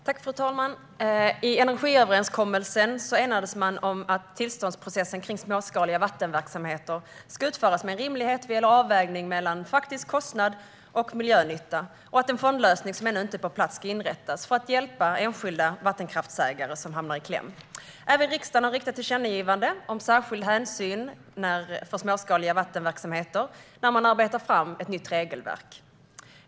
Fru talman! I energiöverenskommelsen enades man om att tillståndsprocessen kring småskaliga vattenverksamheter ska utföras med en rimlighet vad gäller avvägning mellan faktisk kostnad och miljönytta och att en fondlösning som ännu inte är på plats ska inrättas för att hjälpa enskilda vattenkraftsägare som hamnar i kläm. Riksdagen har riktat ett tillkännagivande om att särskild hänsyn ska tas till småskaliga vattenverksamheter när man arbetar fram ett nytt regelverk.